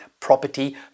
Property